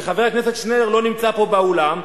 וחבר הכנסת שנלר לא נמצא פה באולם,